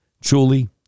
truly